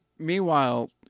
Meanwhile